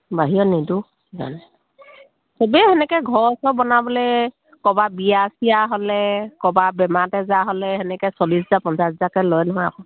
বাহিৰত নিদোঁ সবেই তেনেকৈ ঘৰ চৰ বনাবলৈ ক'বা বিয়া চিয়া হ'লে ক'বা বেমাৰ তেজাৰ হ'লে তেনেকৈ চল্লিছ হাজাৰ পঞ্চাছ হাজাৰকৈ লয় নহয় আকৌ